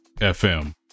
FM